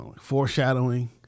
foreshadowing